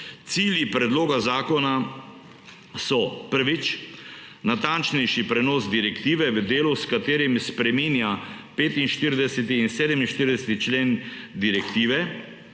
Cilji predloga zakona so: prvič, natančnejši prenos direktive v delu, s katerim spreminja 45. in 47. člen direktive;